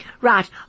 Right